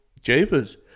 jeepers